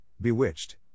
Bewitched